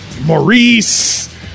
Maurice